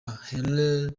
haile